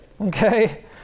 okay